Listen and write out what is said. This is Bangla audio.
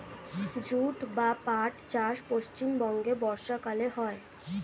জুট বা পাট চাষ পশ্চিমবঙ্গে বর্ষাকালে হয়